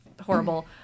horrible